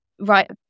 right